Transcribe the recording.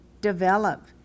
develop